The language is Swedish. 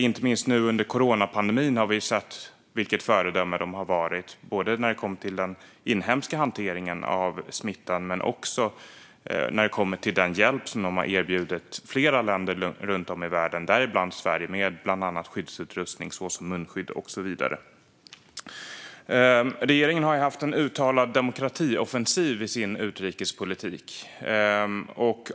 Inte minst under coronapandemin har vi sett vilket föredöme landet har varit när det kommer till den inhemska hanteringen av smittan och den hjälp som Taiwan har erbjudit flera länder runt om i världen, däribland Sverige, med bland annat skyddsutrustning, munskydd och så vidare. Regeringen har haft en uttalad demokratioffensiv i sin utrikespolitik.